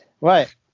right